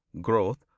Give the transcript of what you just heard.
growth